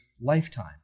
lifetime